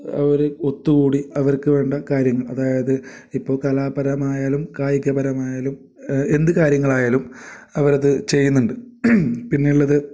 അവർ ഒത്തുകൂടി അവർക്ക് വേണ്ട കാര്യങ്ങൾ അതായത് ഇപ്പോൾ കലാപരമായാലും കായിക പരമായാലും എന്തു കാര്യങ്ങളായാലും അവരത് ചെയ്യുന്നുണ്ട് പിന്നെ ഉള്ളത്